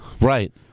right